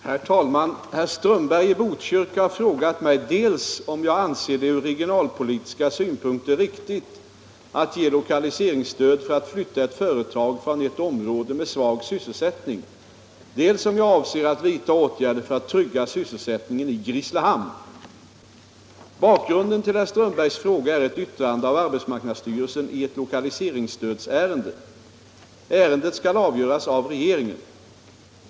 Herr talman! Herr Strömberg i Botkyrka har frågat mig dels om jag anser det ur regionalpolitiska synpunkter riktigt att ge lokaliseringsstöd för att flytta ett företag från ett område med svag sysselsättning, dels om jag avser att vidta åtgärder för att trygga sysselsättningen i Grisslehamn. Bakgrunden till herr Strömbergs fråga är ett yttrande av arbetsmarknadsstyrelsen i ett lokaliseringsstödsärende. Ärendet skall avgöras av regeringen.